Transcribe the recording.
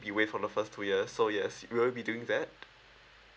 be waived for the first two years so yes we will be doing that